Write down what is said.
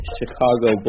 Chicago